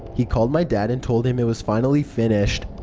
he called my dad and told him it was finally finished.